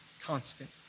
constant